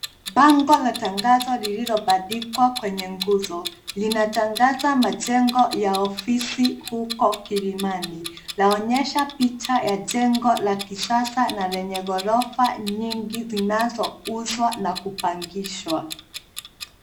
Bango la tangazo lililobandikwa kwenye nguzo. Linatangaza majengo ya ofisi huko kilimani. Laonyesha picha ya jengo la kisasa na lenye ghorofa nyingi zinazouzwa na kupangishwa.